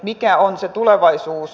mikä on se tulevaisuus